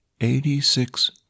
Eighty-six